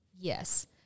Yes